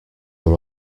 are